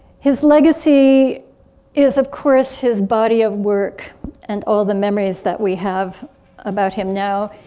his legacy is of course his body of work and all the memories that we have about him now.